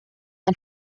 ein